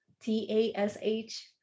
T-A-S-H